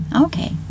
Okay